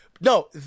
no